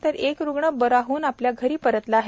तर एक रुग्ण बरा होऊन आपल्या घरी परतला आहे